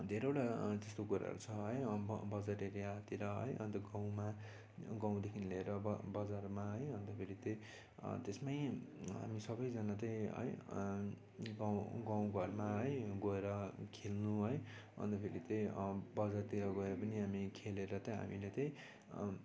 धेरैवटा त्यस्तो कुराहरू छ है अन्त अन्त एरियातिर है अन्त गाउँमा गाउँदेखि लिएर ब बजारमा है अन्त फेरि त त्यसमा हामी सबजना त है गाउँ गाउँ घरमा है गएर खेल्नु है अन्तखेरि त बजारतिर गएर पनि हामी खेलेर त हामीले त